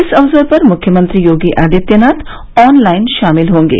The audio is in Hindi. इस अवसर पर मुख्यमंत्री योगी आदित्यनाथ ऑन लाइन शामिल होंगे